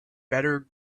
better